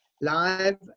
live